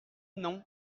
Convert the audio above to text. nom